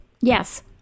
Yes